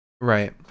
right